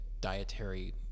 dietary